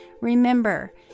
Remember